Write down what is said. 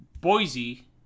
Boise